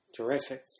Terrific